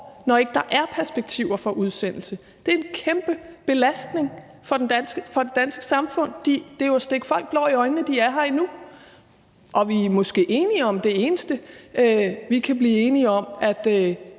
når der ikke er perspektiver for udsendelse. Det er en kæmpe belastning for det danske samfund, og det er at stikke folk blår i øjnene, for de mennesker er her jo endnu. Det eneste, vi måske kan blive enige om,